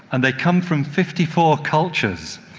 and they come from fifty four cultures.